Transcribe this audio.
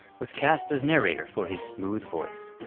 was cast as narrator, for his smooth voice.